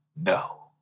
no